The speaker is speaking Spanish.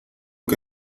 que